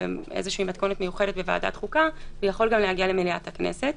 במתכונת מיוחדת בוועדת חוקה ויכול גם להגיע למליאת הכנסת.